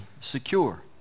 secure